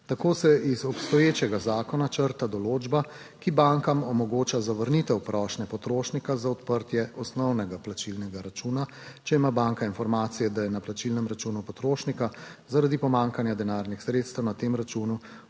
Tako se iz obstoječega zakona črta določba, ki bankam omogoča zavrnitev prošnje potrošnika za odprtje osnovnega plačilnega računa, če ima banka informacije, da je na plačilnem računu potrošnika zaradi pomanjkanja denarnih sredstev na tem računu